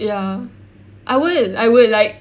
ya I will I will like